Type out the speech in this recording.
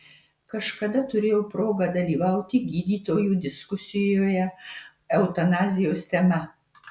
kažkada turėjau progą dalyvauti gydytojų diskusijoje eutanazijos tema